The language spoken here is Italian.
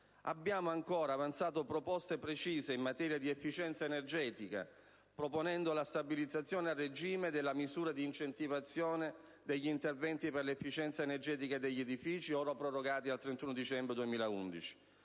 Abbiamo ancora avanzato proposte precise in materia di efficienza energetica, proponendo la stabilizzazione a regime della misura di incentivazione degli interventi per l'efficienza energetica degli edifici, ora prorogati al 31 dicembre 2011.